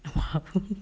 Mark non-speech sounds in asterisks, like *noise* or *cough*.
*noise* *laughs*